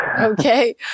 Okay